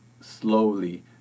slowly